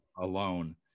alone